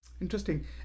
Interesting